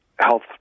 health